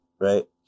right